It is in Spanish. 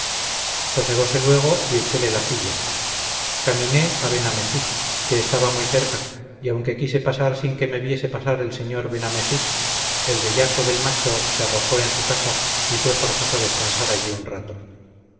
trabajo pasado sosegose luego y echéle la silla caminé a benamejí que estaba muy cerca y aunque quise pasar sin que me viese pasar el señor benamejí el bellaco del macho se arrojó en su casa y fue forzoso descansar allí un rato